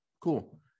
cool